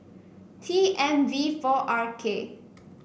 T M V four R K